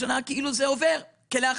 אני רוצה